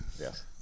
Yes